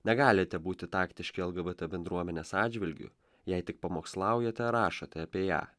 negalite būti taktiški lgbt bendruomenės atžvilgiu jei tik pamokslaujate ar rašote apie ją